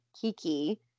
kiki